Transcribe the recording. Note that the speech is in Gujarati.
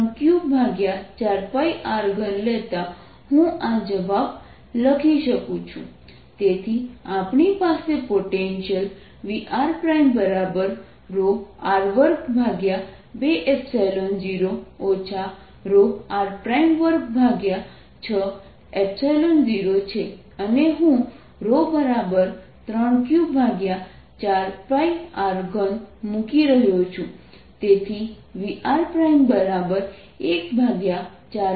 rRVrrRrρdr00rr2ρdr0rR220 r260 ρ3Q4πR3 લેતા હું આ જવાબ લખી શકું છું તેથી આપણી પાસે પોટેન્શિયલ VrR220 r260 છે અને હું ρ3Q4πR3 મૂકી રહ્યો છું